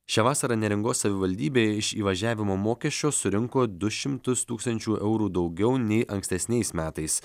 šią vasarą neringos savivaldybė iš įvažiavimo mokesčio surinko du šimtus tūkstančių eurų daugiau nei ankstesniais metais